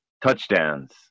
touchdowns